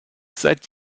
seit